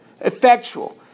Effectual